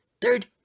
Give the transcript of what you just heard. Third